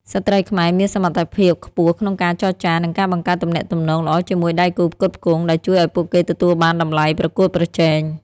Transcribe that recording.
ស្ត្រីខ្មែរមានសមត្ថភាពខ្ពស់ក្នុងការចរចា និងការបង្កើតទំនាក់ទំនងល្អជាមួយដៃគូផ្គត់ផ្គង់ ដែលជួយឱ្យពួកគេទទួលបានតម្លៃប្រកួតប្រជែង។